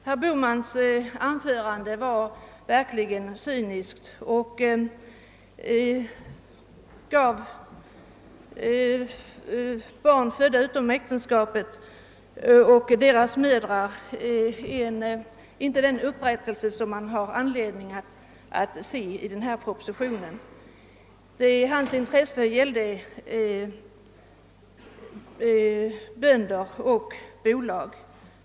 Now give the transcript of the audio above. Herr Bohmans anförande var verkligen cyniskt och gav inte barn födda utom äktenskap och deras mödrar den upprättelse man har anledning vänta sig av denna proposition. Hans intresse gällde bönder och bolag.